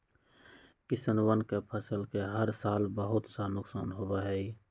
किसनवन के फसल के हर साल बहुत सा नुकसान होबा हई